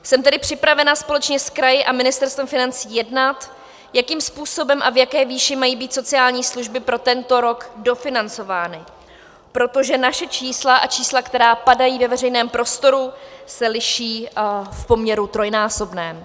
Jsem tedy připravena společně s kraji a Ministerstvem financí jednat, jakým způsobem a v jaké výši mají být sociální služby pro tento rok dofinancovány, protože naše čísla a čísla, která padají ve veřejném prostoru, se liší v poměru trojnásobném.